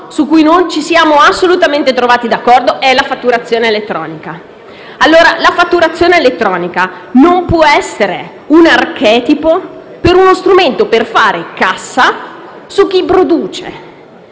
su cui ci siamo assolutamente trovati d'accordo è la fatturazione elettronica. La fatturazione elettronica non può essere un archetipo di uno strumento per fare cassa su chi produce.